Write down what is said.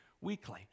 weekly